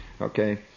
okay